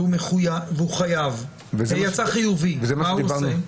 ויצא חיובי, מה הוא עושה?